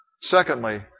Secondly